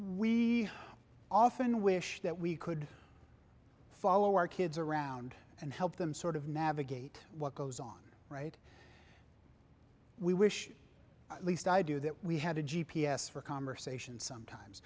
we often wish that we could follow our kids around and help them sort of navigate what goes on right we wish the least idea that we had a g p s for conversation sometimes